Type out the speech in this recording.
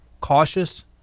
cautious